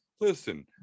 Listen